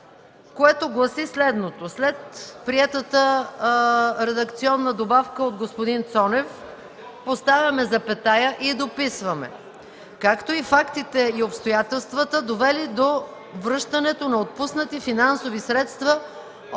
което гласи: „След приетата редакционна добавка от господин Цонев поставяме запетая и дописваме „както и фактите и обстоятелствата, довели до връщане на отпуснати финансови средства от